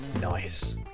nice